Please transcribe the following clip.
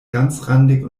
ganzrandig